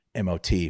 Mot